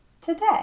today